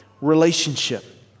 relationship